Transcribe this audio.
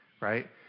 right